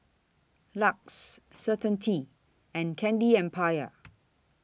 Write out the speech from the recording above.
LUX Certainty and Candy Empire